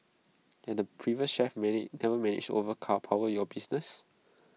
and the previous chef many never managed to overpower your business